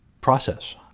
process